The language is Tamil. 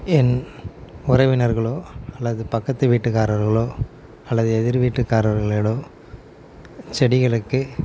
என் உறவினர்களோ அல்லது பக்கத்து வீட்டு காரர்களோ அல்லது எதிர் வீட்டு காரர்களோடோ செடிகளுக்கு